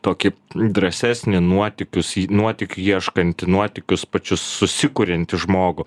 tokį drąsesnį nuotykius į nuotykių ieškantį nuotykius pačius susikuriantį žmogų